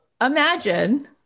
imagine